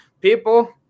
People